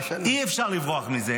אי-אפשר לברוח מזה.